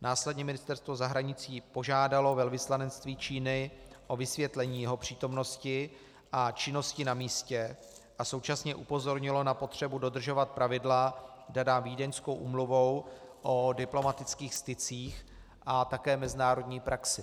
Následně Ministerstvo zahraničí požádalo velvyslanectví Číny o vysvětlení jeho přítomnosti a činnosti na místě a současně upozornilo na potřebu dodržovat pravidla daná Vídeňskou úmluvou o diplomatických stycích a také mezinárodní praxi.